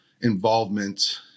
involvement